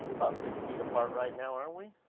about six feet apart right now, aren't we?